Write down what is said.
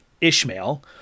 Ishmael